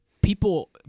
people